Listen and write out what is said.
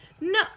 No